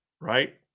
Right